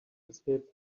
escaped